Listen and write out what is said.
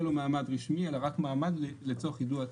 מעמד רשמי אלא רק מעמד לצורך יידוע הציבור.